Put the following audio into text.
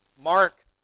Mark